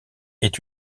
est